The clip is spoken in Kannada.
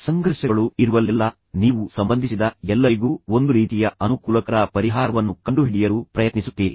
ಸಂಘರ್ಷಗಳು ಇರುವಲ್ಲೆಲ್ಲಾ ನೀವು ಸಂಬಂಧಿಸಿದ ಎಲ್ಲರಿಗೂ ಒಂದು ರೀತಿಯ ಅನುಕೂಲಕರ ಪರಿಹಾರವನ್ನು ಕಂಡುಹಿಡಿಯಲು ಪ್ರಯತ್ನಿಸುತ್ತೀರಿ